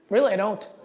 really, i don't.